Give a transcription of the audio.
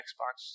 Xbox